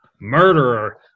murderer